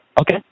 Okay